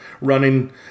running